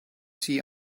see